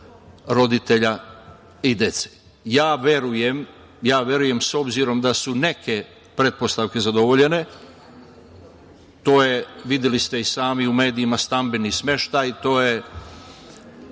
roditelja i dece. Verujem, s obzirom da su neke pretpostavke zadovoljene, to je videli ste i sami u medijima stambeni smeštaj, Đorđe